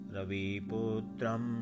Raviputram